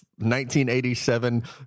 1987